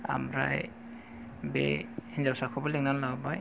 आमफ्राय बे हिन्जावसाखौबो लिंनानै लाबोबाय